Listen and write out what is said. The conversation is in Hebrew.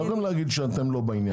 אתם לא יכולים להגיד שאתם לא בעניין.